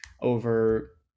over